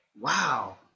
wow